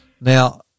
Now